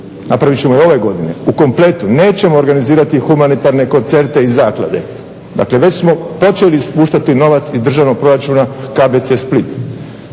Napravit ćemo je ove godine u kompletu. Nećemo organizirati humanitarne koncerte i zaklade, dakle već smo počeli puštati novac iz državnog proračuna KBC Split.